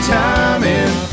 timing